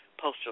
Postal